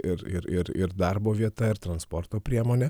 ir ir ir darbo vieta ir transporto priemonė